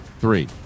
Three